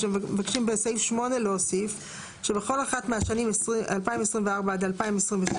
שמבקשים בסעיף 8 להוסיף: "(ט)בכל אחת מהשנים 2024 עד 2027,